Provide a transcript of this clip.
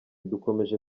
dukomeje